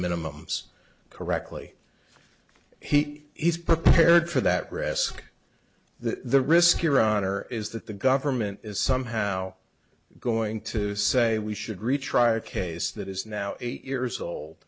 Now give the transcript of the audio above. minimum correctly he's prepared for that risk the risk your honor is that the government is somehow going to say we should retry a case that is now eight years old